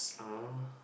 !aww!